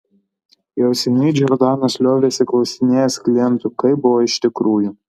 jau seniai džordanas liovėsi klausinėjęs klientų kaip buvo iš tikrųjų